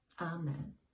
Amen